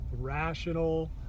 rational